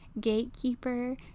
gatekeeper